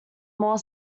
more